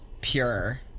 pure